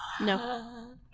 No